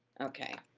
okay,